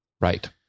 Right